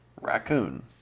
raccoon